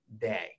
day